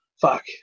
fuck